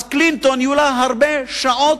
קלינטון, יהיו לה הרבה שעות,